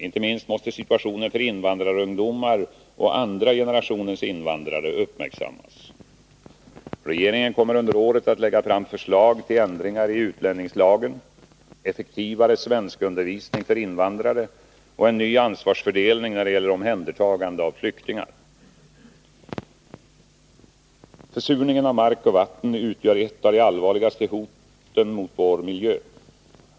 Inte minst måste situationen för invandrarungdomar och andra generationens invandrare uppmärksammas. Regeringen kommer under året att lägga fram förslag till ändringar i utlänningslagen, effektivare svenskundervisning för invandrare och en ny ansvarsfördelning när det gäller omhändertagandet av flyktingar. Försurningen av mark och vatten utgör ett av de allvarligaste hoten mot vår miljö.